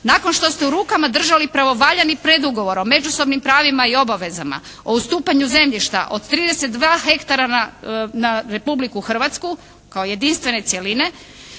nakon što ste u rukama držali pravovaljani predugovorom, međusobnim pravima i obavezama, o ustupanju zemljišta, od 32 hektara na Republiku Hrvatsku kao jedinstvene cjeline